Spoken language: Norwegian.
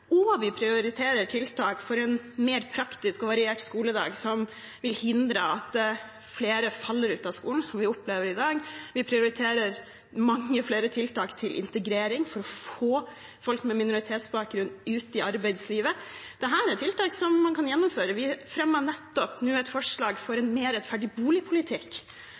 og vi prioriterer tiltak for en mer praktisk og variert skoledag som vil hindre at flere faller ut av skolen, som vi opplever i dag. Vi prioriterer mange flere tiltak til integrering for å få folk med minoritetsbakgrunn ut i arbeidslivet. Dette er tiltak man kan gjennomføre. Vi fremmet nettopp et forslag for en mer rettferdig boligpolitikk,